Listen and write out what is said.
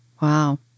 Wow